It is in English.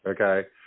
Okay